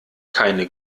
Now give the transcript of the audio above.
keine